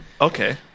okay